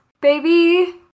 baby